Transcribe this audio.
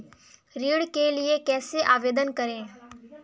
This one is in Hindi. ऋण के लिए कैसे आवेदन करें?